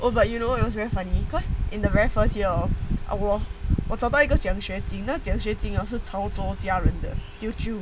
oh but you know it was very funny because in the very first year hor 我我找到一个奖学金那个奖学金 hor 潮州家人的 teochew